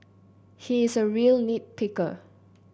he is a real nit picker